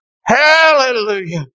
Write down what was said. Hallelujah